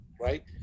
right